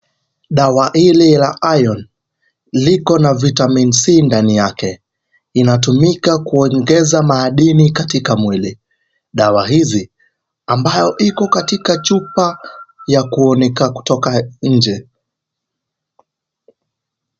Dawa hili ya iron liko na vitamin c ndani yake, inatumika kuongeza madini katika mwilini dawa hizi ambayo iko katika chupa ya kuoneka kutoka nje.